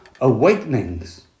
awakenings